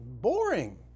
boring